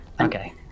Okay